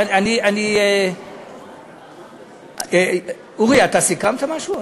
אני, אורי, אתה סיכמת משהו?